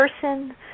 person